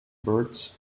birds